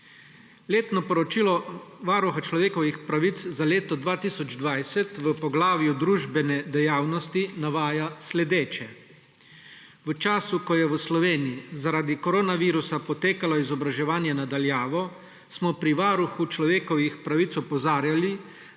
Letno poročilo Varuha človekovih pravic za leto 2020 v poglavju Družbene dejavnosti navaja naslednje: »V času, ko je v Sloveniji zaradi koronavirusa potekalo izobraževanje na daljavo, smo pri Varuhu človekovih pravic opozarjali,